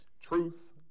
truth